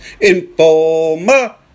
Informer